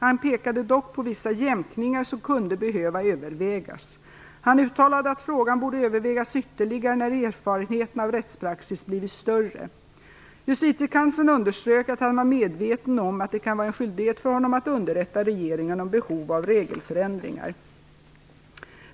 Han pekade dock på vissa jämkningar som kunde behöva övervägas. Han uttalade att frågan borde övervägas ytterligare när erfarenheterna av rättspraxis blivit större. Justitiekanslern underströk att han var medveten om att det kan vara en skyldighet för honom att underrätta regeringen om behov av regelförändringar.